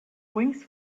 wings